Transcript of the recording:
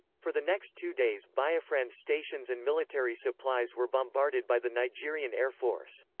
for the next two days biafran stations and military supplies were bombarded by the nigerian air force.